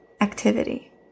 activity